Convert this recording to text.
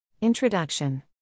Introduction